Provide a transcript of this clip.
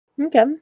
Okay